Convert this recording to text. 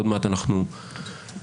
ועוד מעט - אנחנו התבשרנו,